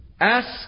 Ask